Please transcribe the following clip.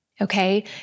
Okay